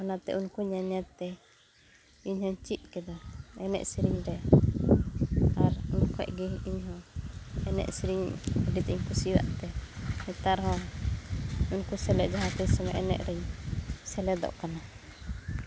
ᱚᱱᱟᱛᱮ ᱩᱱᱠᱩ ᱧᱮᱞᱼᱧᱮᱞᱛᱮ ᱤᱧᱦᱚᱧ ᱪᱤᱫ ᱠᱮᱫᱟ ᱮᱱᱮᱡ ᱥᱤᱨᱤᱧ ᱨᱮ ᱟᱨ ᱩᱱᱠᱷᱚᱱ ᱜᱮ ᱤᱧ ᱮᱱᱮᱡ ᱥᱤᱨᱤᱧ ᱟᱹᱰᱤ ᱛᱮᱫ ᱤᱧ ᱠᱩᱥᱤᱣᱟᱜ ᱛᱮ ᱱᱮᱛᱟᱨ ᱦᱚᱸ ᱩᱱᱠᱩ ᱥᱮᱞᱮᱫ ᱡᱟᱦᱟᱸᱛᱤᱱ ᱥᱚᱢᱚᱭ ᱮᱱᱮᱡ ᱨᱮᱧ ᱥᱮᱞᱮᱫᱚᱜ ᱠᱟᱱᱟ